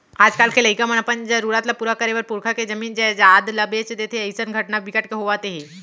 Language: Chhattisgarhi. आजकाल के लइका मन अपन जरूरत ल पूरा करे बर पुरखा के जमीन जयजाद ल बेच देथे अइसन घटना बिकट के होवत हे